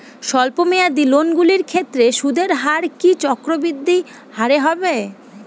স্বল্প মেয়াদী লোনগুলির ক্ষেত্রে সুদের হার কি চক্রবৃদ্ধি হারে হবে?